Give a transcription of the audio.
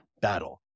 battle